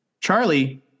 Charlie